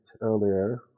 earlier